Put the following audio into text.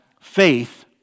faith